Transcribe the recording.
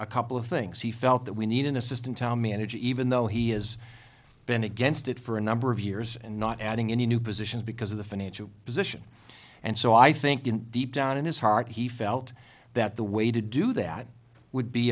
a couple of things he felt that we need an assistant tommy energy even though he has been against it for a number of years and not adding any new positions because of the financial position and so i think in deep down in his heart he felt that the way to do that would be